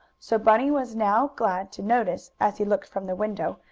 so bunny was now glad to notice, as he looked from the window,